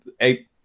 eight